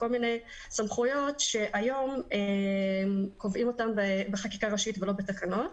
כל מיני סמכויות שהיום קובעים אותן בחקיקה ראשית ולא בתקנות.